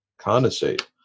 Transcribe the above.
condensate